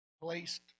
placed